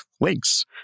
links